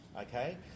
Okay